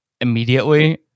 immediately